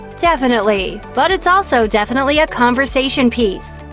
definitely, but it's also definitely a conversation piece.